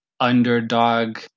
underdog